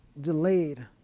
delayed